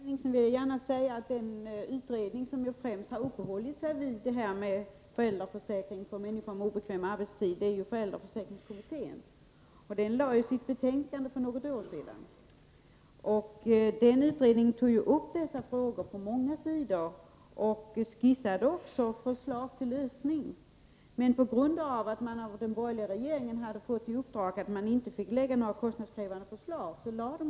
Herr talman! Till Margareta Hemmingsson vill jag säga att den utredning som främst har arbetat med frågan om föräldraförsäkring för personer med obekväm arbetstid är föräldraförsäkringskommittén, som lade fram sitt betänkande för något år sedan. Den utredningen tog upp dessa frågor ur många synvinklar och skisserade också förslag till lösningar. Men eftersom den borgerliga regeringen hade givit direktiv om att inga kostnadskrävande förslag skulle läggas fram, förde utredningen inte fram dessa lösningar.